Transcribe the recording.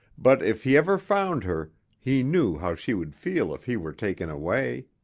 but if he ever found her, he knew how she would feel if he were taken away.